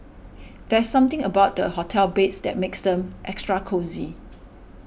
there's something about the hotel beds that makes them extra cosy